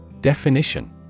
Definition